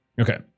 Okay